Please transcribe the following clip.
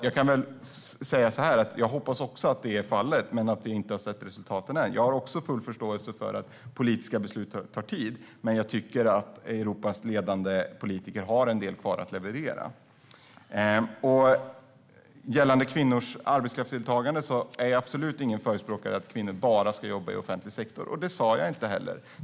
Jag hoppas också att det är fallet, men vi har inte sett resultaten än. Jag har full förståelse för att politiska beslut tar tid att ge effekt. Men jag tycker att Europas ledande politiker har en del kvar att leverera. Gällande kvinnors arbetskraftsdeltagande är jag absolut ingen förespråkare av att kvinnor bara ska jobba i offentlig sektor - och det sa jag inte heller.